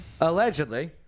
Allegedly